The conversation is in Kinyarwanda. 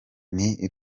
n’i